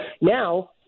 now